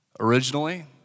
Originally